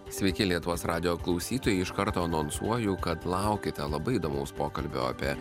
sveiki lietuvos radijo klausytojai iš karto anonsuoju kad laukiate labai įdomaus pokalbio apie